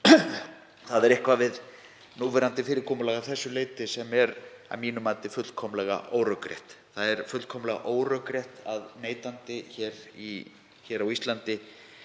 það er eitthvað við núverandi fyrirkomulag að þessu leyti sem er að mínu mati fullkomlega órökrétt. Það er fullkomlega órökrétt að neytandi á Íslandi